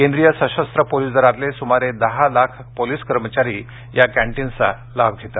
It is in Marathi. केंद्रीय सशस्त्र पोलीस दलातले सुमारे दहा लाख पोलीस कर्मचारी या कँटीन्सचा लाभ घेतात